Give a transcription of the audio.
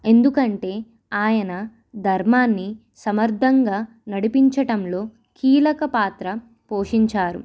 ఎందుకంటే ఆయన ధర్మాన్ని సమర్థంగా నడిపించటంలో కీలక పాత్ర పోషించారు